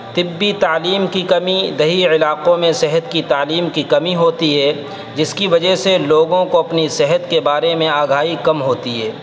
طبی تعلیم کی کمی دیہی علاقوں میں صحت کی تعلیم کی کمی ہوتی ہے جس کی وجہ سے لوگوں کو اپنی صحت کے بارے میں آگاہی کم ہوتی ہے